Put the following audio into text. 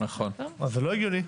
זה לא הגיוני.